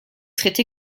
traité